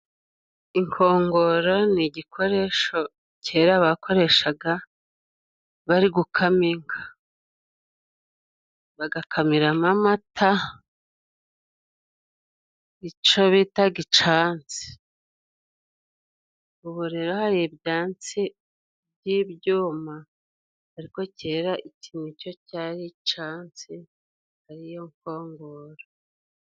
Inkongoro ni igikoresho kera bakoreshaga bari gukama inka, bagakamiramo amata icyo bitaga icyansi. Ubu rero hari ibyansi by'ibyuma, ariko kera iki ni cyo cyari icyansi ariyo nkongoro.